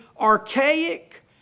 archaic